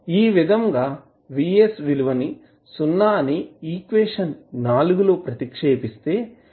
ఈ విధంగా Vs విలువ ని సున్నా అని ఈక్వేషన్ లో ప్రతిక్షేపిస్తే